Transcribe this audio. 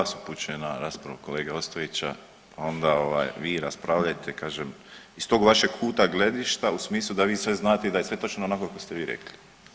I vas upućujem na raspravu kolege Ostojića onda vi raspravljate kažem iz tog vašeg kuta gledišta u smislu da vi sve znate i da je sve točno onako kako ste vi rekli.